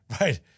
Right